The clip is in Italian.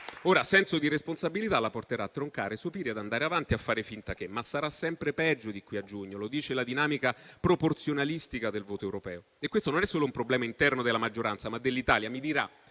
Il senso di responsabilità la porterà a troncare, sopire, andare avanti e a fare finta che, ma sarà sempre peggio di qui a giugno. Lo dice la dinamica proporzionalistica del voto europeo. E questo è un problema non solo interno della maggioranza, ma è anche dell'Italia. Mi dirà: